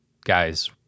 guys